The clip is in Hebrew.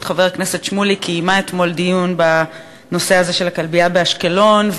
חבר הכנסת שמולי קיימה אתמול דיון בנושא הזה של הכלבייה באשקלון,